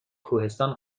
کوهستان